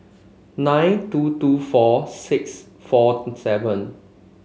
nine two two four six four seven